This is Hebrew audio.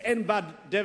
שאין בה דבק.